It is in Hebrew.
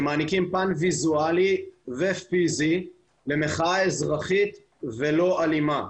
שמעניקים פן ויזואלי ופיזי למחאה אזרחית ולא אלימה.